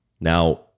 Now